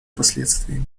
последствиями